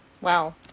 Wow